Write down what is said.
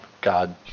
God